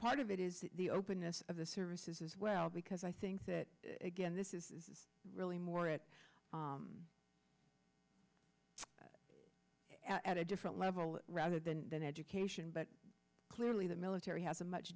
part of it is the openness of the services as well because i think that again this is really more it at a different level rather than an education but clearly the military has a much